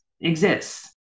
exists